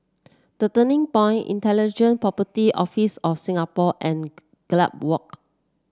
The Turning Point Intellectual Property Office of Singapore and Gallop Walk